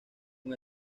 con